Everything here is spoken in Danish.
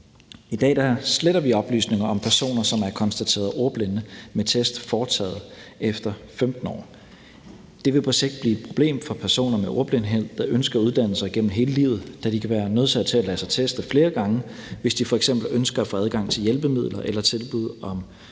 I dag sletter vi oplysninger om personer, som er konstateret ordblinde med test foretaget efter 15 år. Det vil på sigt blive et problem for personer med ordblindhed, der ønsker at uddanne sig gennem hele livet, da de kan være nødsaget til at lade sig teste flere gange, hvis de f.eks. ønsker at få adgang til hjælpemidler eller tilbud om